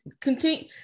continue